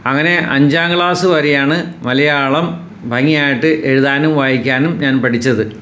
അങ്ങനെ അഞ്ചാം ക്ലാസ് വരെയാണ് മലയാളം ഭംഗിയായിട്ട് എഴുതാനും വായിക്കാനും ഞാൻ പഠിച്ചത്